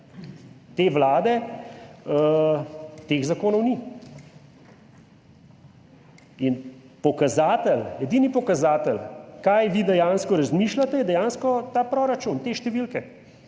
te vlade, teh zakonov ni. In edini pokazatelj, kaj vi dejansko razmišljate, je dejansko ta proračun, te številke,